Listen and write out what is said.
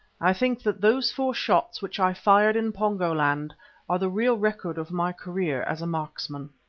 i think that those four shots which i fired in pongo-land are the real record of my career as a marksman.